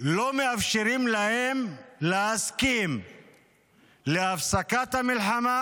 לא מאפשרים להם להסכים להפסקת המלחמה